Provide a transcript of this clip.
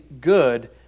good